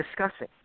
discussing